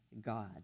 God